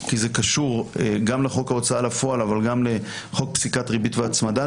כי זה קשור גם לחוק ההוצאה לפועל אבל גם לחוק פסיקת ריבית והצמדה,